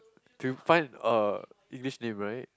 to find a English name right